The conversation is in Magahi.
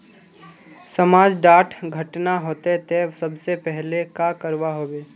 समाज डात घटना होते ते सबसे पहले का करवा होबे?